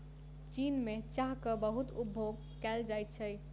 चीन में चाहक बहुत उपभोग कएल जाइत छै